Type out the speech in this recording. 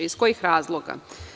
Iz kojih razloga?